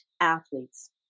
athletes